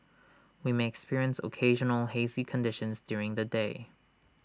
we may experience occasional hazy conditions during the day